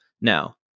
now